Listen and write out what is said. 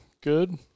good